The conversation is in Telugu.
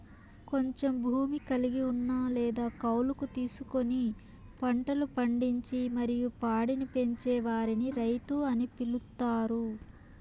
కొంచెం భూమి కలిగి ఉన్న లేదా కౌలుకు తీసుకొని పంటలు పండించి మరియు పాడిని పెంచే వారిని రైతు అని పిలుత్తారు